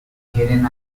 refieren